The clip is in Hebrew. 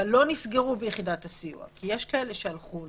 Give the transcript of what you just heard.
אבל לא נסגרו ביחידת הסיוע כי יש כאלה שהלכו